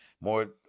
more